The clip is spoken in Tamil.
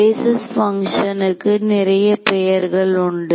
பேசிஸ் பங்ஷனுக்கு நிறைய பெயர்கள் உண்டு